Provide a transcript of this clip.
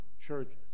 church